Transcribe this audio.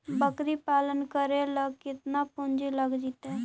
बकरी पालन करे ल केतना पुंजी लग जितै?